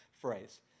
phrase